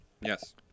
Yes